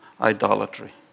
idolatry